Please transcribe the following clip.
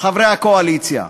חברי הקואליציה.